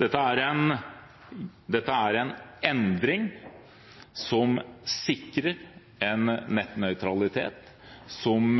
Dette er en endring som sikrer en nettnøytralitet som